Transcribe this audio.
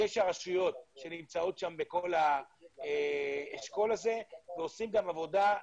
תשע רשויות שנמצאות באשכול הזה ועושים גם עבודה,